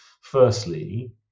firstly